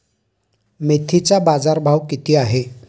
मेथीचा बाजारभाव किती आहे?